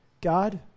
God